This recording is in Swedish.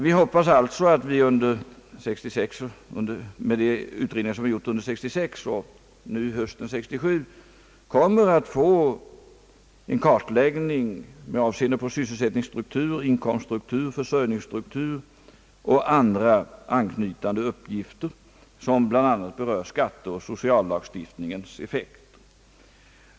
Vi hoppas alltså att vi med de utredningar som gjorts under 1966 och som nu göres under 1967 kommer att få en kartläggning med avseende på sysselsättningsstruktur, inkomststruktur, försörjningsstruktur samt andra anknytande uppgifter, som bl.a. rör skatter och sociallagstiftningens effekt.